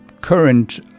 current